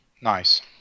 Nice